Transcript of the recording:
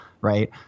Right